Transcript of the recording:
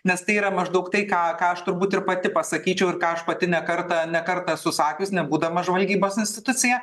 nes tai yra maždaug tai ką ką aš turbūt ir pati pasakyčiau ir ką aš pati ne kartą ne kartą esu sakius nebūdama žvalgybos institucija